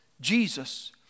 Jesus